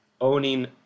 owning